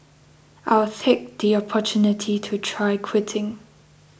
I'll take the opportunity to try quitting